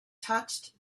touched